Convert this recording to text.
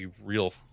real